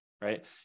right